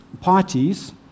parties